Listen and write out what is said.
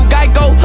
Geico